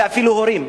ואפילו הורים,